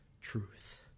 Truth